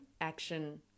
action